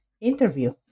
interview